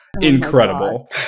incredible